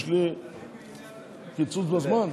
יש לי קיצוץ בזמן?